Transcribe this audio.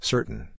Certain